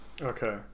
Okay